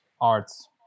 arts